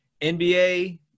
NBA